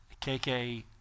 KK